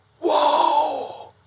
Whoa